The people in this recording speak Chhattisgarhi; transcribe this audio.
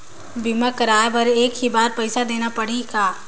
बीमा कराय बर एक ही बार पईसा देना पड़ही का?